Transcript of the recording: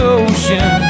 ocean